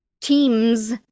teams